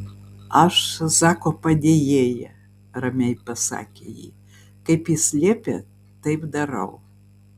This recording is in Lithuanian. aš zako padėjėja ramiai pasakė ji kaip jis liepia taip darau